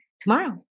tomorrow